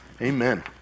Amen